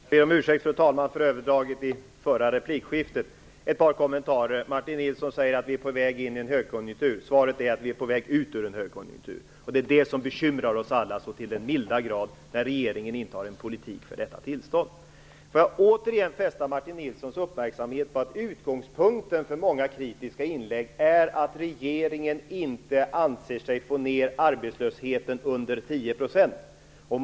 Fru talman! Jag ber om ursäkt för överdraget i den förra repliken. Jag har ett par kommentarer. Martin Nilsson säger att vi är på väg in i en högkonjunktur. Svaret är att vi är på väg ut ur en högkonjunktur. Det är det som bekymrar oss alla så till den milda grad, dvs. att regeringen inte har en politik för detta tillstånd. Får jag sedan återigen fästa Martin Nilssons uppmärksamhet på att utgångspunkten för många kritiska inlägg är att regeringen inte anser sig kunna få ned arbetslösheten under 10 %.